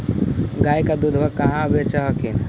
गया के दूधबा कहाँ बेच हखिन?